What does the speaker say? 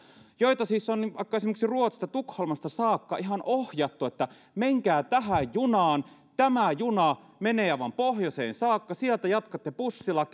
joita siis on esimerkiksi vaikka ruotsista tukholmasta saakka ihan ohjattu että menkää tähän junaan tämä juna menee aivan pohjoiseen saakka sieltä jatkatte bussilla